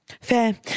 Fair